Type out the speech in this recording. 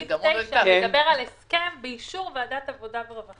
סעיף 9 מדבר על הסכם באישור ועדת עבודה ורווחה.